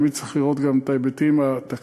תמיד צריך לראות גם את ההיבטים התקציביים,